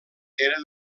era